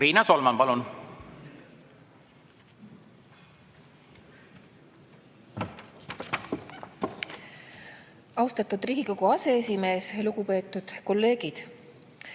Riina Solman, palun! Austatud Riigikogu aseesimees! Lugupeetud kolleegid!